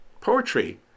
poetry